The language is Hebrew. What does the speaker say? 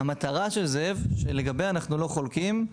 המטרה של זאב שלגביה אנחנו לא חולקים,